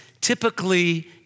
typically